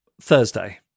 thursday